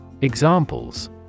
Examples